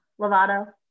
Lovato